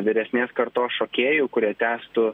vyresnės kartos šokėjų kurie tęstų